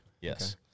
Yes